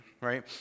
right